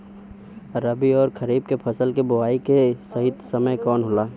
रबी अउर खरीफ के फसल के बोआई के सही समय कवन होला?